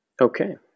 Okay